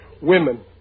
Women